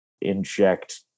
inject